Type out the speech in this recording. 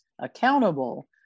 accountable